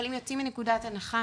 אבל אם יוצאים מנקודת הנחה,